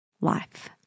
life